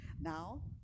Now